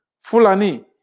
Fulani